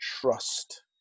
trust